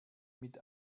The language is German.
mit